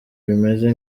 bimeze